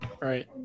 Right